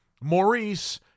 Maurice